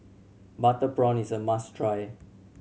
butter prawn is a must try